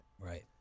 Right